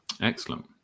Excellent